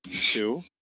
two